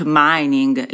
mining